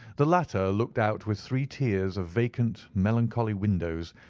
the latter looked out with three tiers of vacant melancholy windows,